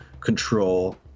control